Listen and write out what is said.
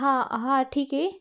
हां हां ठीक आहे